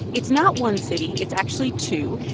it's not one city. it's actually two.